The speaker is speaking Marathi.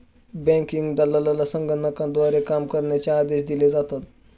बँकिंग दलालाला संगणकाद्वारे काम करण्याचे आदेश दिले जातात